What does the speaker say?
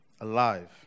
alive